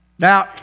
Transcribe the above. Now